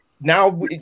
Now